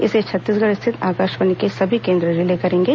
इसे छत्तीसगढ़ स्थित आकाशवाणी के सभी केंद्र रिले करेंगे